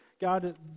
God